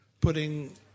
putting